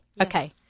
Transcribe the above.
okay